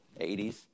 80s